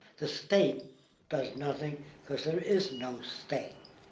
the state does nothing because there is no state.